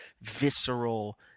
visceral